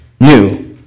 new